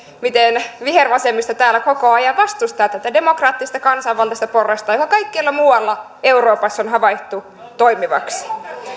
miten vihervasemmisto täällä koko ajan vastustaa tätä demokraattista kansanvaltaista porrasta joka kaikkialla muualla euroopassa on havaittu toimivaksi